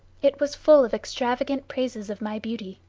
it was full of extravagant praises of my beauty,